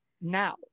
now